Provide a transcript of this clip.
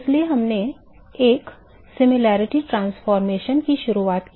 इसलिए हमने एक समानता परिवर्तन की शुरुआत की